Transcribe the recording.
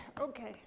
Okay